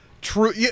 true